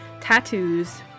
tattoos